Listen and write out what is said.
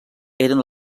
eren